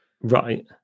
right